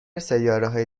سیارههای